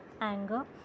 anger